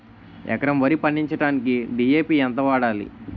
ఎకరం వరి పండించటానికి డి.ఎ.పి ఎంత వాడాలి?